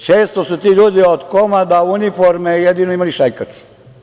Često su ti ljudi od komada uniforme jedino imali šajkaču.